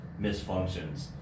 misfunctions